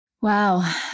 Wow